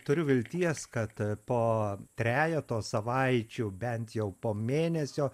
turiu vilties kad po trejeto savaičių bent jau po mėnesio